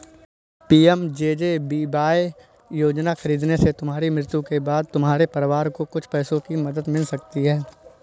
PMJJBY योजना खरीदने से तुम्हारी मृत्यु के बाद तुम्हारे परिवार को कुछ पैसों की मदद मिल सकती है